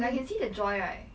like can see the joy right